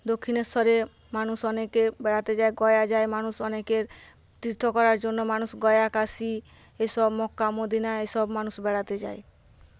দক্ষিণেশ্বরে মানুষ অনেকে বেড়াতে যায় গয়া যায় মানুষ অনেকের তীর্থ করার জন্য মানুষ গয়া কাশী এ সব মক্কা মদিনা এ সব মানুষ বেড়াতে যায়